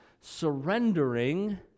surrendering